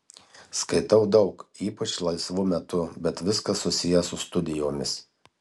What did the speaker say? skaitau daug ypač laisvu metu bet viskas susiję su studijomis